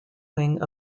wing